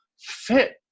fit